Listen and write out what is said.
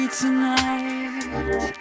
tonight